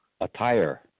attire